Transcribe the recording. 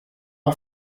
are